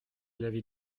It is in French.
l’avis